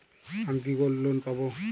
আমি কি gold loan পাবো?